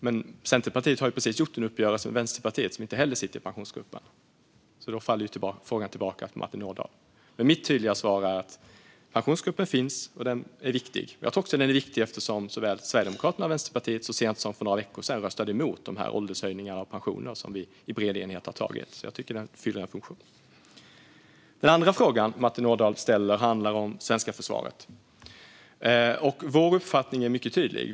Men Centerpartiet har ju precis gjort en uppgörelse med Vänsterpartiet, som inte heller sitter i Pensionsgruppen, så frågan faller tillbaka på Martin Ådahl. Mitt tydliga svar är att Pensionsgruppen finns och att den är viktig. Jag tror att den är viktig också eftersom såväl Sverigedemokraterna som Vänsterpartiet så sent som för några veckor sedan röstade emot de åldershöjningar för pensioner som vi i bred enighet har antagit. Jag tycker alltså att den fyller en funktion. Den andra frågan som Martin Ådahl ställde handlar om det svenska försvaret. Vår uppfattning är mycket tydlig.